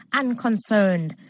unconcerned